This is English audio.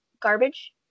garbage